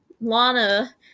Lana